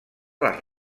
les